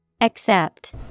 Accept